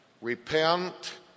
Repent